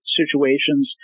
situations